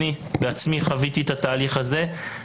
אני בעצמי חוויתי את התהליך הזה.